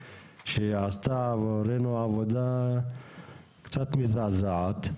שהיא עשתה עבורנו עבודה קצת מזעזעת,